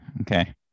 Okay